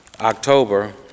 October